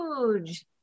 huge